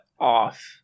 off